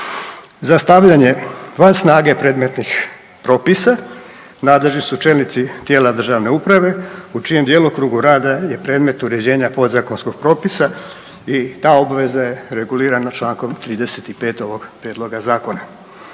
Za stavljanje van snage predmetnih propisa nadležni su čelnici tijela državne uprave u čijem djelokrugu rada je predmet uređenja podzakonskog propisa i ta obveza regulirana je člankom 35. ovog prijedloga zakona.